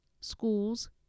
schools